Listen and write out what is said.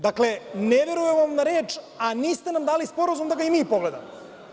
Dakle, ne verujem vam na reč, a niste nam dali sporazum da ga i mi pogledamo.